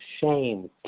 shame